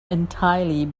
entirely